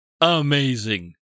amazing